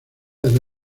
desde